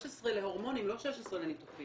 16 להורמונים, לא 16 לניתוחים.